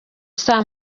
saa